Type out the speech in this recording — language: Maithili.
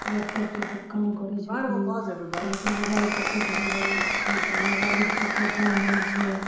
लैपटॉप से सब काम करै छथिन मने तऽ मोबाइल सबके घरे घरे आब छै तऽ आब मोबाइलेसँ सब काम होइ छै